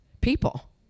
people